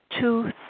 two